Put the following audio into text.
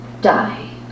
die